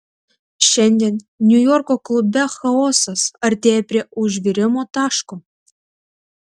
šiandien niujorko klube chaosas artėja prie užvirimo taško